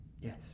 Yes